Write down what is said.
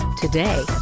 today